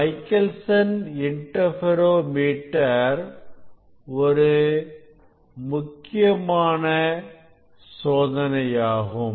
மைக்கேல்சன்இன்டர்பெரோ metre ஒரு முக்கியமானசோதனையாகும்